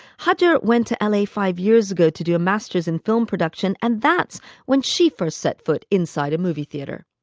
hajar went to and la five years ago to do a masters in film production and that's when she first set foot inside a movie theater.